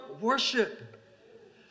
worship